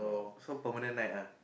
uh so permanent night ah